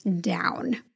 down